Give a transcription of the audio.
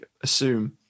assume